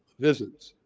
visit's.